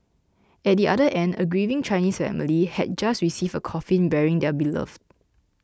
at the other end a grieving Chinese family had just received a coffin bearing their beloved